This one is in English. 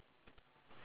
like